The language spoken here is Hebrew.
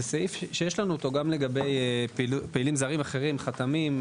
זה סעיף שיש לנו אותו גם לגבי פעילים זרים אחרים חתמים,